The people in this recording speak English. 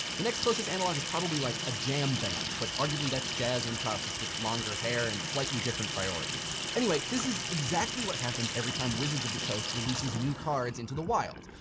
the next closest analog is probably like a jam band. but arguably, that's jazz improv just with longer hair and slightly different priorities. anyway, this is exactly what happens every time wizards of the coast releases new cards into the wild.